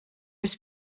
was